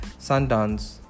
Sundance